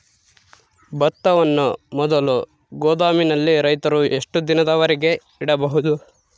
ಭತ್ತವನ್ನು ಮೊದಲು ಗೋದಾಮಿನಲ್ಲಿ ರೈತರು ಎಷ್ಟು ದಿನದವರೆಗೆ ಇಡಬಹುದು?